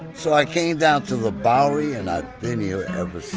so i came down to the bowery and i've been here ever since